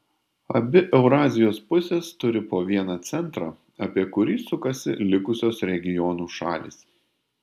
abi eurazijos pusės turi po vieną centrą apie kurį sukasi likusios regionų šalys